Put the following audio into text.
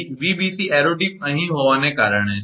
તેથી 𝑉𝑏𝑐 arrow tip અહીં હોવાને કારણે છે